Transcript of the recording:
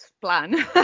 plan